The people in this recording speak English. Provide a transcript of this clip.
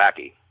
wacky